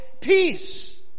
peace